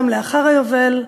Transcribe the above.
גם לאחר היובל,